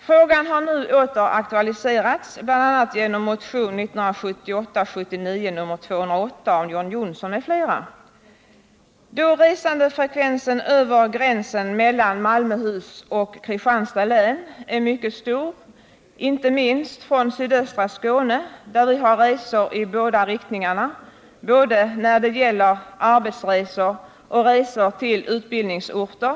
Frågan har nu åter aktualiserats bl.a. genom motionen 1978/ 79:208 av John Johnsson m.fl. Resandefrekvensen över gränsen mellan Malmöhus och Kristianstads län är mycket stor. Detta gäller inte minst sydöstra Skåne, där vi har resor i båda riktningarna — både arbetsresor och resor till utbildningsorter.